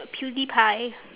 pewdiepie